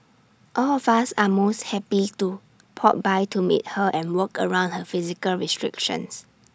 all of us are most happy to pop by to meet her and work around her physical restrictions